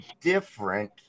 different